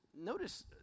Notice